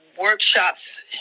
workshops